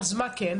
אז מה כן?